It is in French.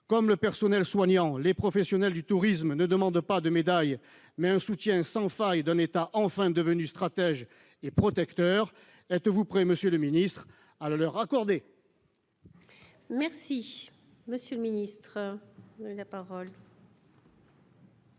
Comme le personnel soignant, les professionnels du tourisme demandent non pas une médaille, mais un soutien sans faille d'un État enfin devenu stratège et protecteur. Êtes-vous prêt, monsieur le secrétaire d'État, à le leur accorder ? La parole est